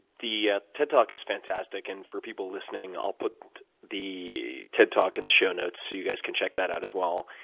the ah ted talk is fantastic. and for people listening, i'll put the ted talk in the show notes, so you guys can check that out, as well.